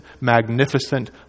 magnificent